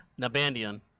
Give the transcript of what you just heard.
Nabandian